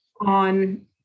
on